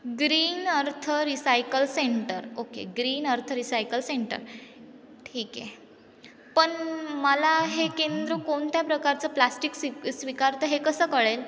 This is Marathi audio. green earth recycle center okay green earth recycle center ठीक आहे पण मला हे केंद्र कोणत्या प्रकारचं प्लास्टिक स्वी स्वीकारतं हे कसं कळेल